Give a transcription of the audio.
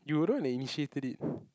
you were the one that initiated it